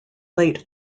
late